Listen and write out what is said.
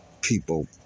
people